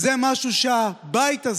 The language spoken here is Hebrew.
זה משהו שהכנסת,